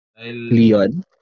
Leon